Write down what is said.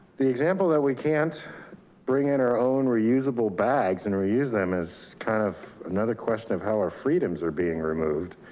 the example that we can't bring in our own reusable bags and reuse them as kind of another question of how our freedoms are being removed.